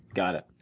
got it.